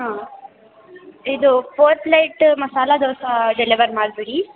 ಹಾಂ ಇದು four plate masala dosa deliver ಮಾಡ್ಬಿಡಿ